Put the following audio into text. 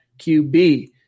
QB